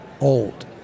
old